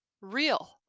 real